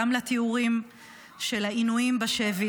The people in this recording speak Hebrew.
גם לתיאורים של העינויים בשבי